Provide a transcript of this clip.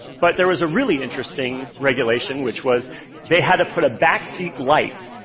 but there was a really interesting regulation which was they had to put a backseat light